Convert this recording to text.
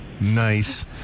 Nice